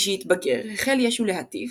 משהתבגר החל ישו להטיף,